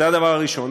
זה הדבר הראשון.